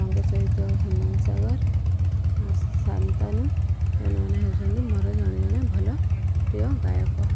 ତାଙ୍କ ସହିତ ହ୍ୟୁମାନ୍ ସାଗର ସାନ୍ତନୁ ଏମାନେ ହେଉଛନ୍ତି ମୋର ଜଣେ ଜଣେ ଭଲ ପ୍ରିୟ ଗାୟକ